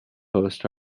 coast